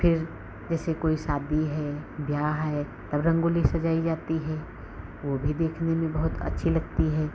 फ़िर जैसे कोई शादी है ब्याह है तब रंगोली सजाई जाती है वह भी देखने में बहुत अच्छी लगती है